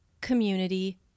community